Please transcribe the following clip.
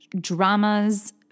dramas